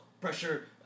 pressure